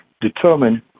determine